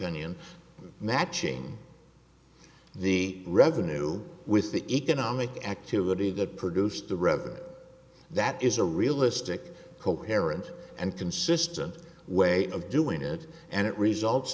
opinion matching the revenue with the economic activity that produced the revenue that is a realistic coherent and consistent way of doing it and it results